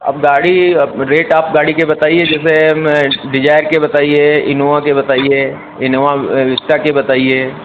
अब गाड़ी अब रेट आप गाड़ी के बताइए जैसे में डिजायर के बताइए इनोवा के बताइए इनोवा रिस्टा की बताइए